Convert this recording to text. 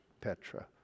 Petra